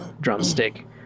drumstick